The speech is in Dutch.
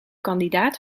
kandidaat